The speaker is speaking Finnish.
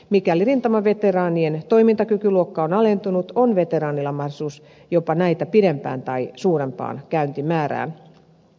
mikäli rintamaveteraanien toimintakykyluokka on alentunut on veteraaneilla mahdollisuus jopa näitä pidempään tai suurempaan käyntimäärään